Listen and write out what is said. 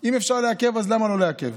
אם אפשר לעכב, למה לא לעכב?